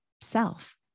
self